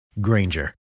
Granger